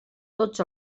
tots